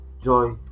joy